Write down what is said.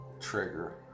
trigger